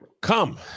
come